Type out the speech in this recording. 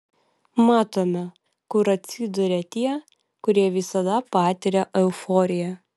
matome kur atsiduria tie kurie visada patiria euforiją